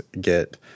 get